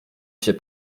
się